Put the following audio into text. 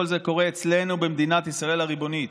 כל זה קורה אצלנו במדינת ישראל הריבונית.